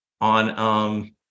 on